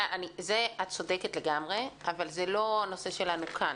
את צודקת לגמרי, אבל זה לא הנושא שלנו כאן.